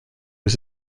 was